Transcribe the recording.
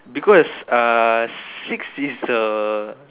because err six is the